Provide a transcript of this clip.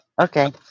Okay